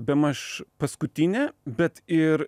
bemaž paskutinė bet ir